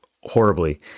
horribly